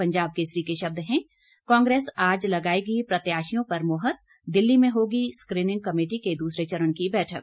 पंजाब केसरी के शब्द है कांग्रेस आज लगाएगी प्रत्याशियों पर मोहर दिल्ली में होगी स्क्रीनिंग कमेटी के दूसरे चरण की बैठक